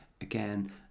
again